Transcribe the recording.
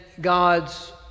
God's